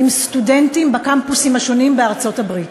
עם סטודנטים בקמפוסים השונים בארצות-הברית.